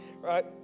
Right